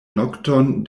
nokton